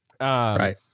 Right